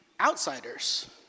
outsiders